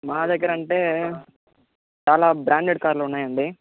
మా దగ్గర అంటే చాలా బ్రాండెడ్ కార్లు ఉన్నాయండి